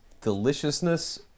deliciousness